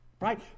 Right